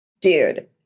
dude